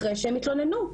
אחרי שהם התלוננו.